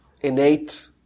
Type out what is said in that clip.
innate